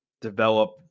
develop